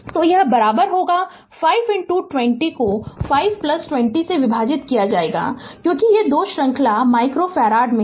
तो यह बराबर होगा 5 20 को 520 से विभाजित किया जाएगा क्योंकि ये 2 श्रृंखला माइक्रोफ़ारड में हैं